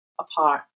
apart